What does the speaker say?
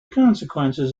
consequences